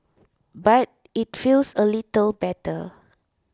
but it feels a little better